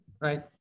Right